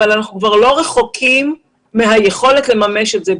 אנחנו כבר לא רחוקים מהיכולת לממש את זה.